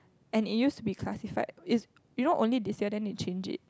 and it used to be classified is you know only this year then they changed it